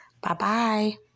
Bye-bye